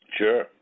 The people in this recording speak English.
Sure